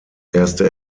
erste